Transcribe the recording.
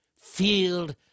field